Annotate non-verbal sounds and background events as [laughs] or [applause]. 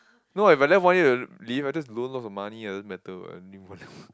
no ah but then one year to live I just loan lots of money doesn't matter what anymore [laughs]